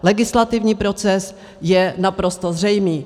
Legislativní proces je naprosto zřejmý.